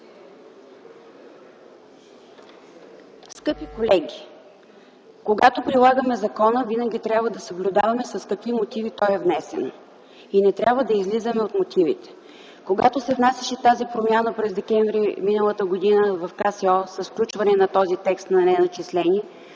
Скъпи колеги, когато прилагаме закона, винаги трябва да съблюдаваме с какви мотиви той е внесен и не трябва да излизаме от тях. Когато се внасяше тази промяна през м. декември м.г. в КСО с включване на този текст „неначислени”